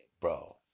Bro